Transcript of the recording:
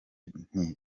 nti